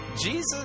Jesus